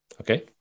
okay